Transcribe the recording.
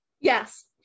Yes